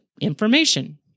information